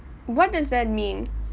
what does that mean